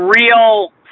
real